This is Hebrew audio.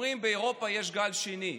אומרים שבאירופה יש גל שני.